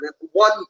One